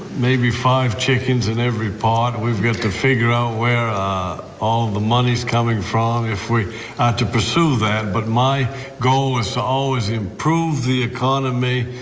maybe five chickens in every pot, we've got to figure out where all the money's coming from if we to pursue that but my goal is always improve the economy,